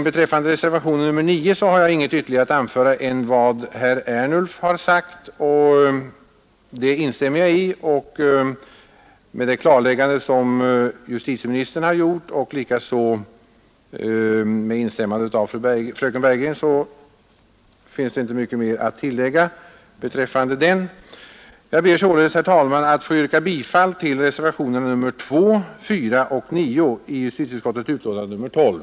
Beträffande reservationen 9, slutligen, har jag inget att anföra utöver vad herr Ernulf har sagt. Detta instämmer jag i, och med det klarläggande som justitieministern har gjort med instämmande av fröken Bergegren finns det inte mycket mer att tillägga beträffande den reservationen. Jag ber således, herr talman, att få yrka bifall till reservationerna 2, 4, och 9 vid justitieutskottets betänkande nr 12.